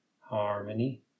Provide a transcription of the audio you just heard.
harmony